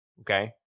okay